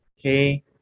Okay